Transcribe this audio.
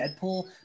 Deadpool